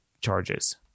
charges